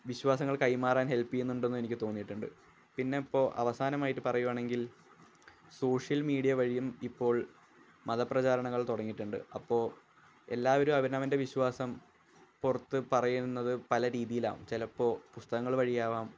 വിശ്വാസങ്ങൾ കൈമാറാൻ ഹെല്പ് ചെയ്യുന്നുണ്ടെന്ന് എനിക്ക് തോന്നിയിട്ടുണ്ട് പിന്നെ ഇപ്പോള് അവസാനമായിട്ട് പറയുകയാണെങ്കിൽ സോഷ്യൽ മീഡിയ വഴിയും ഇപ്പോൾ മത പ്രചാരണങ്ങൾ തുടങ്ങിയിട്ടുണ്ട് അപ്പോള് എല്ലാവരും അവനവൻ്റെ വിശ്വാസം പുറത്ത് പറയുന്നത് പല രീതിയിലാണ് ചിലപ്പോള് പുസ്തകങ്ങള് വഴിയാകാം